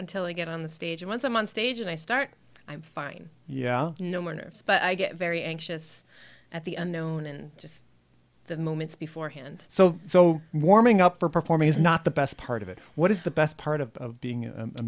until i get on the stage once a month stage and i start i'm fine yeah no more nerves but i get very anxious at the unknown and just the moments before hand so so warming up for performing is not the best part of it what is the best part of being a